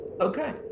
Okay